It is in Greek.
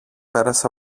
πέρασε